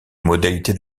modalités